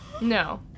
No